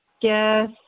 yes